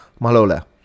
Malola